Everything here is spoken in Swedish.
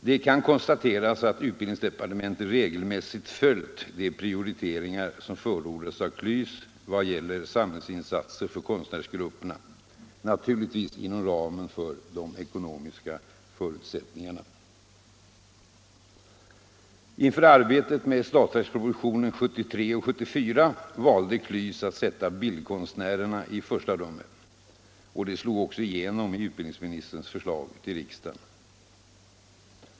Det kan konstateras att utbildningsdepartementet regelmässigt följt de prioriteringar som förordats av KLYS vad gäller samhällsinsatser för konstnärsgrupperna — naturligtvis inom ramen för de ekonomiska förutsättningarna. Inför arbetet med statsverkspropositionerna 1973 och 1974 valde KLYS att sätta bildkonstnärerna i första rummet. Detta slog också igenom i utbildningsministerns förslag till riksdagen.